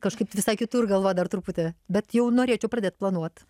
kažkaip visai kitur galva dar truputį bet jau norėčiau pradėt planuot